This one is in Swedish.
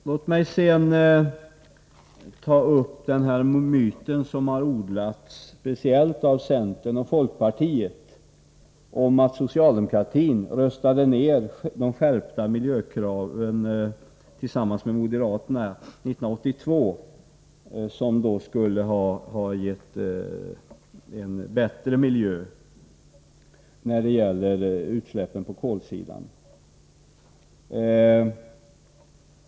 Låt mig sedan ta upp den här myten, som odlats speciellt av centern och folkpartiet, om att socialdemokratin tillsammans med moderaterna 1982 röstade ner de skärpta miljökraven, som skulle ha gett en bättre miljö när det gäller utsläppen på kolsidan.